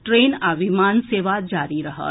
train आ विमान सेवा जारी रहत